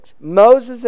Moses